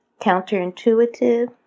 Counterintuitive